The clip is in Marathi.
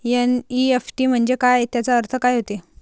एन.ई.एफ.टी म्हंजे काय, त्याचा अर्थ काय होते?